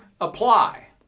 apply